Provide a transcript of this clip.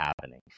happening